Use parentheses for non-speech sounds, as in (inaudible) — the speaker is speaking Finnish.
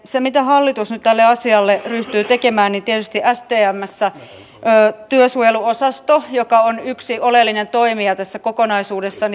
se mitä hallitus nyt tälle asialle ryhtyy tekemään tietysti stmssä työsuojeluosaston kanssa joka on yksi oleellinen toimija tässä kokonaisuudessa (unintelligible)